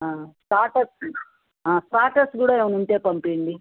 starters starters కూడా ఏమైనా ఉంటే పంపియండి